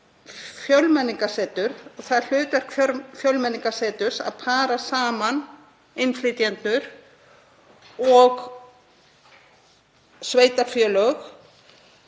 það hlutverk Fjölmenningarseturs að para saman innflytjendur og sveitarfélög